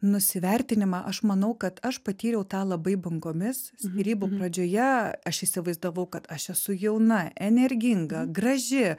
nusivertinimą aš manau kad aš patyriau tą labai bangomis skyrybų pradžioje aš įsivaizdavau kad aš esu jauna energinga graži